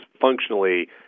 functionally